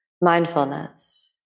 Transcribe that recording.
mindfulness